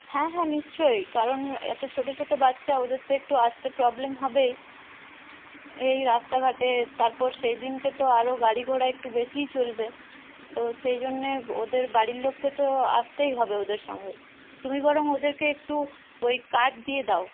হ্যাঁ হ্যাঁ নিশ্চয়ই কারণ এতো ছোটো ছোটো বাচ্চা ওদের তো একটু আসতে প্রবলেম হবেই এই রাস্তাঘাটে তারপর সেই দিনকে তো আরও গাড়ি ঘোড়া একটু বেশিই চলবে তো সেইজন্যে ওদের বাড়ির লোককে তো আসতেই হবে ওদের সঙ্গে তুমি বরং ওদেরকে একটু ওই কার্ড দিয়ে দাও